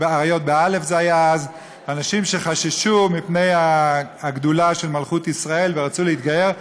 אנשים שחששו אז מפני הגדולה של מלכות ישראל ורצו להתגייר,